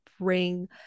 bring